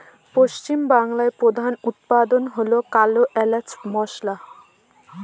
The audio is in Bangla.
পশ্চিম বাংলায় প্রধান উৎপাদন হয় কালো এলাচ মসলা